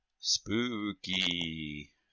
Spooky